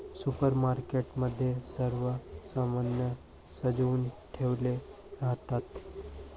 supermarket मध्ये सर्व सामान सजवुन ठेवले राहतात